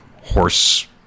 horse